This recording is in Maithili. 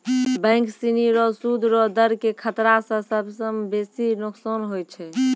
बैंक सिनी रो सूद रो दर के खतरा स सबसं बेसी नोकसान होय छै